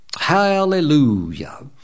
Hallelujah